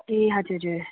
ए हजुर हजुर